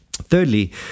Thirdly